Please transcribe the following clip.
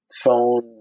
phone